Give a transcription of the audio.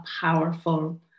powerful